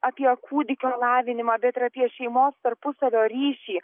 apie kūdikio lavinimą bet ir apie šeimos tarpusavio ryšį